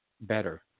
better